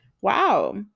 Wow